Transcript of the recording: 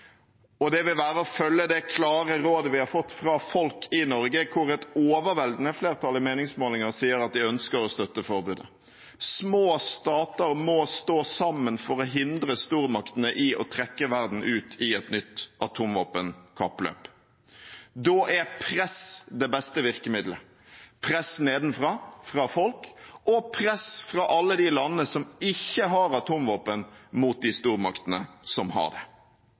interesse. Det vil være å følge det klare rådet vi har fått fra folk i Norge, hvor et overveldende flertall i meningsmålinger sier at de ønsker å støtte forbudet. Små stater må stå sammen for å hindre stormaktene i å trekke verden ut i et nytt atomvåpenkappløp. Da er press det beste virkemiddelet – press nedenfra, fra folk, og press fra alle de landene som ikke har atomvåpen, mot de stormaktene som har det.